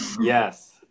Yes